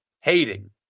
hating